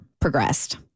progressed